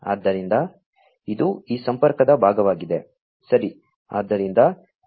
ಆದ್ದರಿಂದ ಇದು ಈ ಸಂಪರ್ಕದ ಭಾಗವಾಗಿದೆ ಸರಿ